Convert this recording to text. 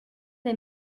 des